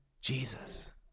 Jesus